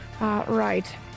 Right